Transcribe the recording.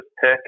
pick